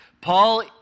Paul